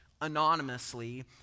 anonymously